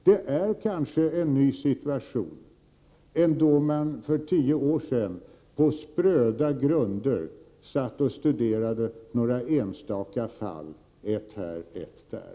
Det är kanske en ny situation i dag än då man för tio år sedan på spröda grunder satt och studerade några enstaka fall här och där.